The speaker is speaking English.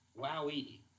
wowie